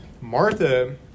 Martha